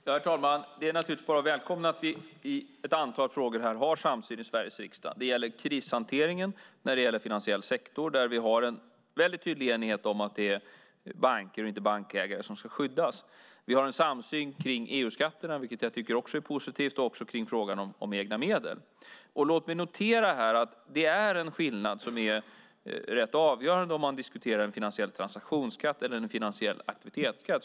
Herr talman! Det är naturligtvis bara att välkomna att vi i ett antal frågor här har samsyn i Sveriges riksdag. Det gäller krishanteringen, och det gäller finansiell sektor där vi har en tydlig enighet om att det är banker och inte bankägare som ska skyddas. Vi har en samsyn om EU-skatterna, vilket jag också tycker är positivt, och om frågan om egna medel. Låt mig här notera att det är en skillnad som är rätt avgörande om man diskuterar en finansiell transaktionsskatt eller en finansiell aktivitetsskatt.